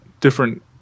different